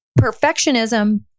Perfectionism